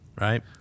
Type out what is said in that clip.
right